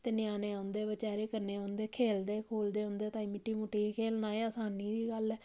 ते ञ्यानें औंदे बचैरे कन्नै औंदे खेलदे खूलदे उं'दे ताईं मिट्टी मुट्टी च खेलना ते आसानी दी गल्ल ऐ